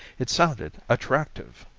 it sounded attractive!